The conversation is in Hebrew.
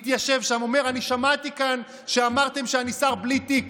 מתיישב שם ואומר: אני שמעתי שאמרתם שאני שר בלי תיק.